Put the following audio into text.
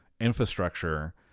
infrastructure